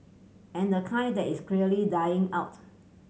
and the kind that is clearly dying out